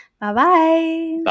Bye-bye